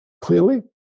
Clearly